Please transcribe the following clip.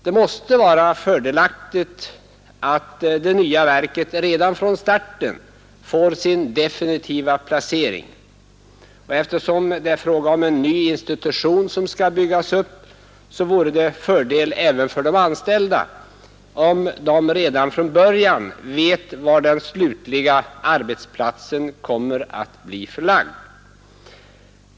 Det måste vara fördelaktigt att det nya verket redan från starten får sin definitiva placering. Eftersom det är fråga om en ny institution som skall byggas upp vore det en fördel även för de anställda om de redan från början vet var den slutliga arbetsplatsen kommer att bli förlagd.